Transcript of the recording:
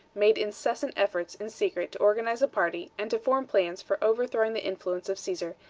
made incessant efforts in secret to organize a party, and to form plans for overthrowing the influence of caesar,